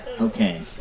Okay